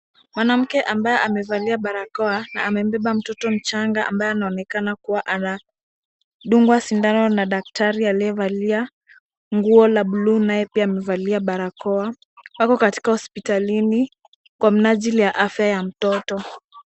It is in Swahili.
Mwanamke ambaye amevalia barakoa na amembeba mtoto mchanga, ambaye anaonekana kuwa anadungwa sindano na daktari aliyevalia nguo la buluu ambaye pia amevalia barakoa, ako katika hospitalini kwa mnajili ya afya ya mtoto.